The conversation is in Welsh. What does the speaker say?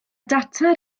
data